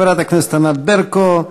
חברת הכנסת ענת ברקו,